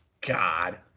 God